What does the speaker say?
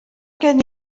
gen